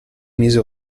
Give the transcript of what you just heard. mise